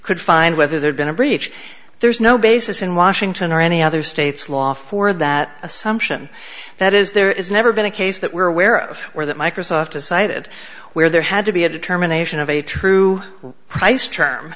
could find whether there'd been a breach there's no basis in washington or any other state's law for that assumption that is there is never been a case that we're aware of or that microsoft decided where there had to be a determination of a true price term